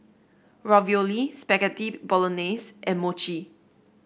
Ravioli Spaghetti Bolognese and Mochi